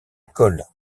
colle